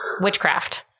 witchcraft